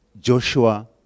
Joshua